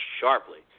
sharply